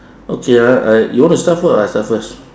okay ah I you want to start first or I start first